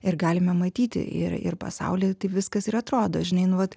ir galime matyti ir ir pasauly taip viskas ir atrodo žinai nu vat